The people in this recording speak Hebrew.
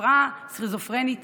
הפרעה סכיזופרנית